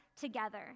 together